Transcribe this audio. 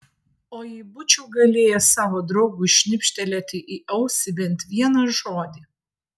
o jei būčiau galėjęs savo draugui šnibžtelėti į ausį bent vieną žodį